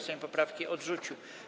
Sejm poprawki odrzucił.